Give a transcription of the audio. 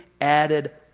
added